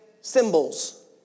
symbols